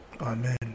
Amen